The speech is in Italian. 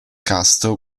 cast